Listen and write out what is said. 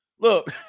Look